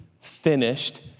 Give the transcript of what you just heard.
finished